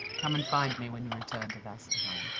come and find me when you return to vasselheim.